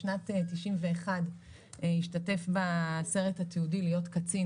בשנת 91' השתתף בסרט התיעודי "להיות קצין".